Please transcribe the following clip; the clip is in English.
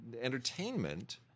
entertainment